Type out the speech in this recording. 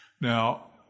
Now